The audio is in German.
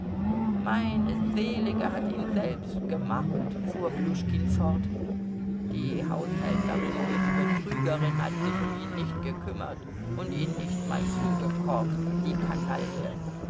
meine selige hat ihn selbst gemacht fuhr pljuschkin fort die haushälterin diese betrügerin hat sich um ihn nicht gekümmert und ihn nicht mal zugekorkt die kanaille